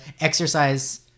exercise